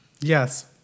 Yes